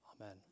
Amen